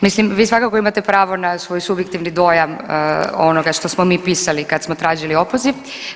Mislim vi svakako imate pravo na svoj subjektivni dojam onoga što smo mi pisali kad smo tražili opoziv.